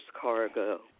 cargo